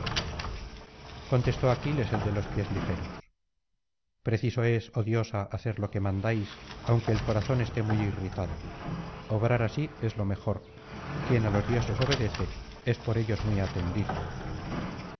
contestó aquiles el de los pies ligeros preciso es oh diosa hacer lo que mandáis aunque el corazón esté muy irritado obrar así es lo mejor quien á los dioses obedece es por ellos muy atendido